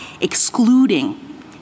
Excluding